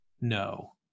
No